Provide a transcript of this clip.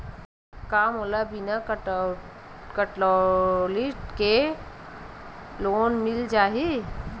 का मोला बिना कौंटलीकेट के लोन मिल जाही?